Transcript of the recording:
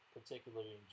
particularly